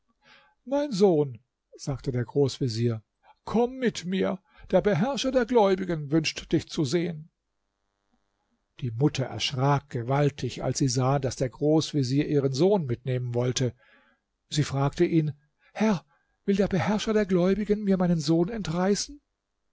mein sohn sagte der großvezier komm mit mir der beherrscher der gläubigen wünscht dich zu sehen die mutter erschrak gewaltig als sie sah daß der großvezier ihren sohn mitnehmen wollte sie fragte ihn herr will der beherrscher der gläubigen mir meinen sohn entreißen